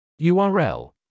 URL